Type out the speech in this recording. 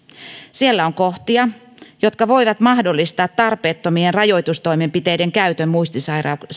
siellä on kohtia jotka voivat mahdollistaa tarpeettomien rajoitustoimenpiteiden käytön muistisairaiden